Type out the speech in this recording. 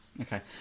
Okay